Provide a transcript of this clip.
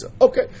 Okay